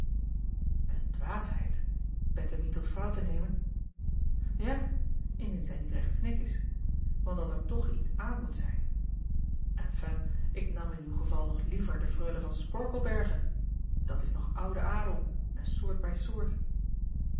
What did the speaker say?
en dwaasheid ettemie tot vrouw te nemen a indien zij niet recht snik is want dat er toch iets aan moet zijn enfin ik nam in uw geval nog liever de reule van porkelberghe dat is nog oude adel en soort bij soort